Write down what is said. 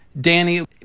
Danny